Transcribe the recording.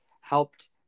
helped